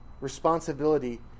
responsibility